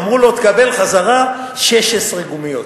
אמרו לו תקבל חזרה 16 גומיות.